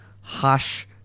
harsh